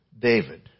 David